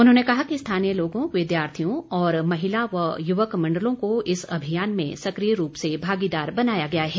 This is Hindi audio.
उन्होंने कहा कि स्थानीय लोगों विद्यार्थियों और महिला व युवक मण्डलों को इस अभियान में सक्रिय रूप से भागीदार बनाया गया है